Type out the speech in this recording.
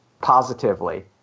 positively